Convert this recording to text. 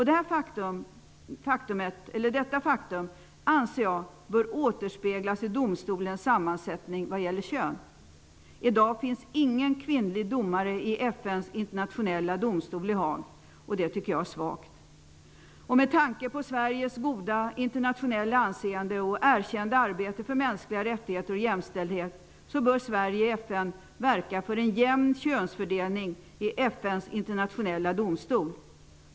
Detta faktum, anser jag, bör återspeglas i domstolens sammansättning vad gäller kön. I dag finns ingen kvinnlig domare i FN:s internationella domstol i Haag. Det tycker jag är svagt. Herr talman! Med tanke på Sveriges goda internationella anseende och erkända arbete för mänskliga rättigheter och jämställdhet bör Sverige i FN verka för en jämn könsfördelning i FN:s internationella domstol.